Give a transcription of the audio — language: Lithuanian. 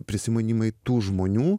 prisimunimai tų žmonių